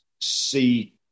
see